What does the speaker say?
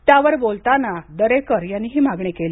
त्यावर बोलताना दरेकर यांनी ही मागणी केली